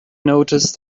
noticed